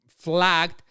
flagged